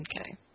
Okay